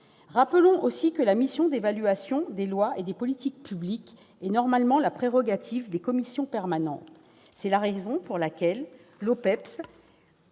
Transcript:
Rappelons aussi que la mission d'évaluation des lois et des politiques publiques est normalement la prérogative des commissions permanentes. C'est très vrai ! C'est la raison pour laquelle l'OPEPS,